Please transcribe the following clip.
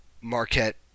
Marquette